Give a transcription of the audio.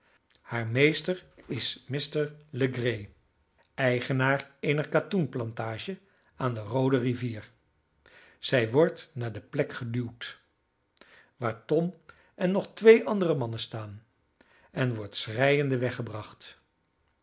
haar meester is mr legree eigenaar eener katoenplantage aan de roode rivier zij wordt naar de plek geduwd waar tom en nog twee andere mannen staan en wordt schreiende weggebracht